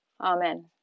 Amen